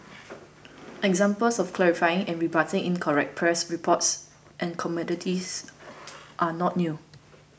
examples of clarifying and rebutting incorrect press reports and commentates are not new